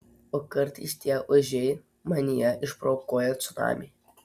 o kartais tie ožiai manyje išprovokuoja cunamį